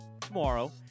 tomorrow